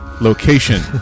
Location